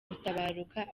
gutabaruka